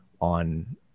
on